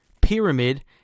pyramid